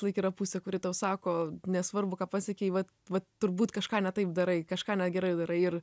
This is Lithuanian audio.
visąlaik yra pusė kuri tau sako nesvarbu ką pasiekei vat vat turbūt kažką ne taip darai kažką negerai darai ir